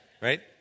Right